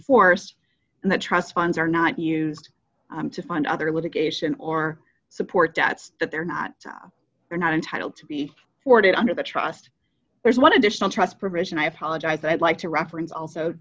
force and the trust funds are not used to fund other litigation or support debts that they're not they're not entitled to be hoarded under the trust there's one additional trust provision i apologize i'd like to reference also